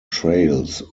trails